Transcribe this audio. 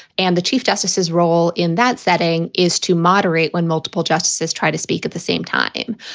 and the chief justice's role in that setting is to moderate when multiple justices try to speak at the same time.